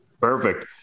Perfect